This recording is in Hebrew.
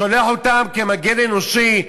שולח אותם כמגן אנושי.